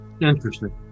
Interesting